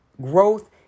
Growth